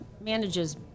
manages